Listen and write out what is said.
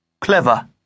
clever